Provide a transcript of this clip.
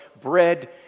bread